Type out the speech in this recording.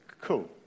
Cool